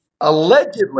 Allegedly